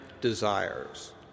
desires